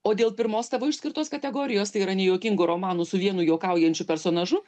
o dėl pirmos tavo išskirtos kategorijos tai yra nejuokingu romanu su vienu juokaujančiu personažu